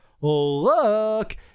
look